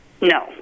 No